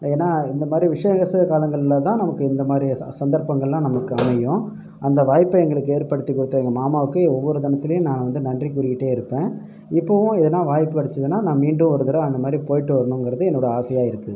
ஏன்னால் இந்த மாதிரி விசேஷ காலங்களில் தான் நமக்கு இந்த மாதிரி சந் சந்தர்ப்பங்கள்லாம் நமக்கு அமையும் அந்த வாய்ப்பை எங்களுக்கு ஏற்படுத்தி கொடுத்த எங்கள் மாமாவுக்கு ஒவ்வொரு தருணத்துலியும் நான் வந்து நன்றி கூறிகிட்டே இருப்பேன் இப்பவும் எதன்னா வாய்ப்பு கிடச்சிதுன்னா நான் மீண்டும் ஒரு தடவை அந்த மாதிரி போய்ட்டு வரணும்ங்கறது என்னோட ஆசையாக இருக்கு